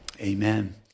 Amen